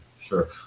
sure